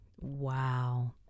wow